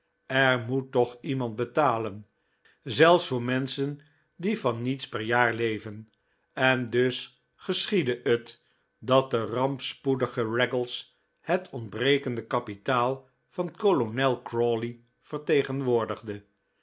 er moet toch iemand betalen zelfs voor menschen die van niets per jaar leven en dus geschiedde het dat de rampspoedige haggles het ontbrekende kapitaal van kolonel crawley vertegenwoordigde